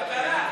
כלכלה,